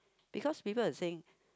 because people will say